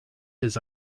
his